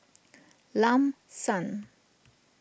Lam San